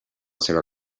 seva